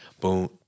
boom